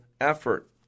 effort